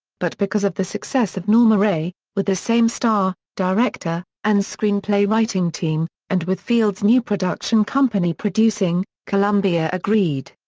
but because of the success of norma rae, with the same star, director, and screenplay writing team, and with field's new production company producing, columbia agreed.